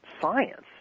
science